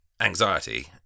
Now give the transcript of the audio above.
anxiety